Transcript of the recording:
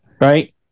Right